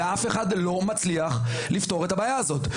ואף אחד לא מצליח לפתור את הבעיה הזאת.